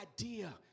idea